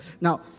Now